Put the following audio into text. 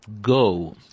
go